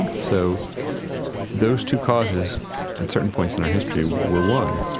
so those two causes at certain points in our history were one.